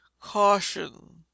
CAUTION